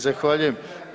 Zahvaljujem.